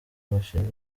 bashinze